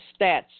stats